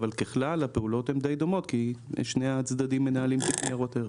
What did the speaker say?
אבל ככלל הפעולות הן די דומות כי שני הצדדים מנהלים תיק ניירות ערך